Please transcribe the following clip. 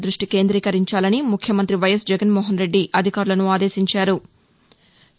దృష్టి కేంద్రీకరించాలని ముఖ్యమంతి వైఎస్ జగన్మోహన్రెడ్డి అధికారులను ఆదేశించారు